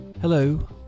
hello